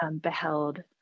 beheld